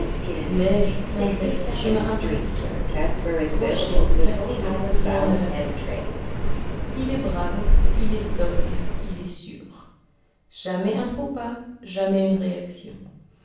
neiges tempêtes chemins impraticables rochers glaciers rien ne l'arrête il est brave il est sobre il est sûr jamais un faux pas jamais une réaction